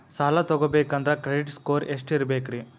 ಸಾಲ ತಗೋಬೇಕಂದ್ರ credit score ಎಷ್ಟ ಇರಬೇಕ್ರಿ?